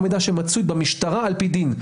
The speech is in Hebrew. הוא מידע שמצוי במשטרה על פי דין.